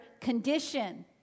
condition